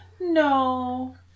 No